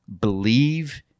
believe